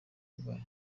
rwa